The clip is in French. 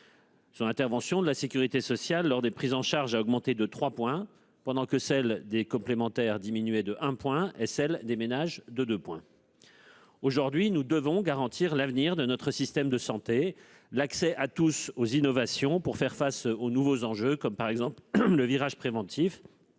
l'intervention de la sécurité sociale lors des prises en charge a augmenté de trois points pendant que celle des complémentaires diminuait d'un point et celle des ménages de deux points. Dès lors, nous devons garantir l'avenir de notre système de santé et l'accès à tous aux innovations pour faire face aux nouveaux enjeux, comme le virage préventif.